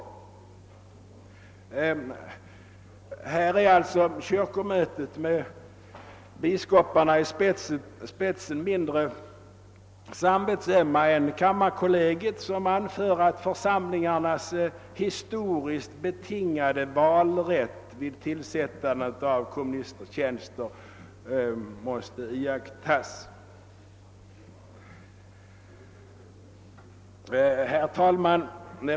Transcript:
Kyrkomötet med biskoparna i spetsen är således mindre samvetsömt än kammarkollegium, som anför att »församlingarnas historiskt betingade valrätt vid tillsättande av komministertjänster« måste iakttas. Herr talman!